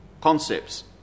concepts